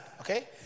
okay